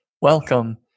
Welcome